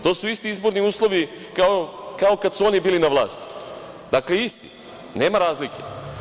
To su isti izborni uslovi kao kada su oni bili na vlasti, dakle isti, nema razlike.